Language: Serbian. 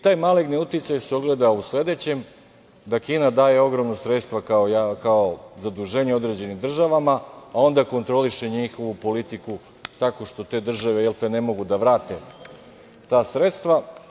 Taj maligni uticaj se ogleda u sledećem, da Kina daje ogromna sredstva kao zaduženje određenim državama, a onda kontroliše njihovu politiku, tako što te države, jel te ne mogu da vrate ta sredstva.